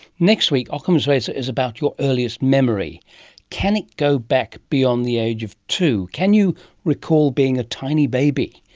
next week's ockham's razor is about your earliest memory can it go back beyond the age of two? can you recall being a tiny baby?